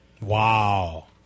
Wow